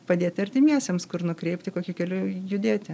padėti artimiesiems kur nukreipti kokiu keliu judėti